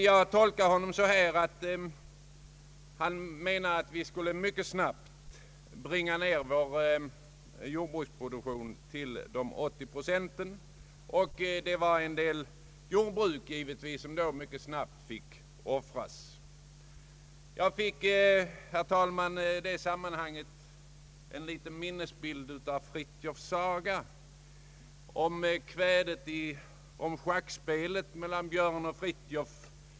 Jag tolkar hans uttalande på det sättet att han anser att vår jordbruksproduktion mycket snabbt bör nedbringas till de 80 procenten. En del jordbruk skulle då givetvis mycket snabbt få offras. Jag fick, herr talman, i detta sammanhang en liten minnesbild från Frithiofs saga i kvädet om schackspelet mellan Björn och Frithiof.